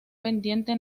pendiente